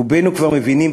רובנו כבר מבינים,